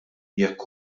jekk